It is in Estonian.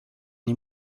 nii